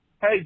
hey